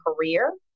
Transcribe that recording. career